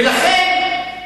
ולכן,